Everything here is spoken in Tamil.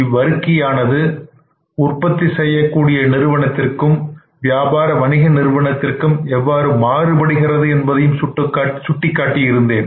இவ்வறிக்கையானது உற்பத்தி செய்யக்கூடிய நிறுவனத்திற்கும் வியாபார வணிக நிறுவனத்திற்கும் எவ்வாறு மாறுபடுகிறது என்பதையும் சுட்டிக் காட்டியிருந்தேன்